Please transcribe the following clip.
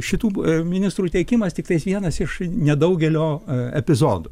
šitų ministrų teikimas tiktais vienas iš nedaugelio epizodų